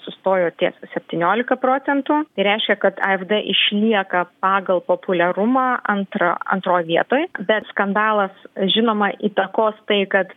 sustojo ties septyniolika procentų tai reiškia kad afd išlieka pagal populiarumą antra antroj vietoj bet skandalas žinoma įtakos tai kad